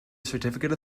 certificate